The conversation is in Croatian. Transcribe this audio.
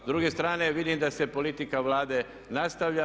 S druge strane, vidim da se politika Vlade nastavlja.